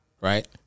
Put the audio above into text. right